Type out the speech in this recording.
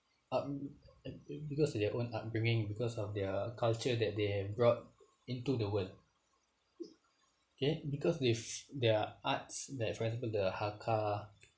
up~ because their own upbringing because of their culture that they have brought into the world okay because they fi~ their arts that for example the haka